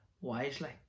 wisely